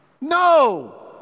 No